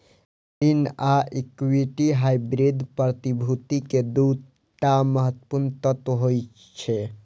ऋण आ equity hybrid प्रतिभूति के दू टा महत्वपूर्ण तत्व होइ छै